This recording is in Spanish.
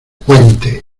puente